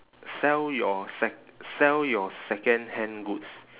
sell your sec~ sell your secondhand goods